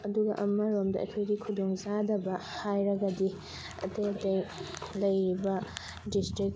ꯑꯗꯨꯒ ꯑꯃꯔꯣꯝꯗ ꯑꯩꯈꯣꯏꯒꯤ ꯈꯨꯗꯣꯡ ꯆꯥꯗꯕ ꯍꯥꯏꯔꯒꯗꯤ ꯑꯇꯩ ꯑꯇꯩ ꯂꯩꯔꯤꯕ ꯗꯤꯁꯇ꯭ꯔꯤꯛ